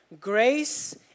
Grace